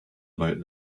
about